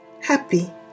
happy